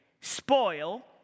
spoil